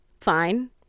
fine